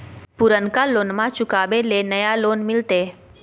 पुर्नका लोनमा चुकाबे ले नया लोन मिलते?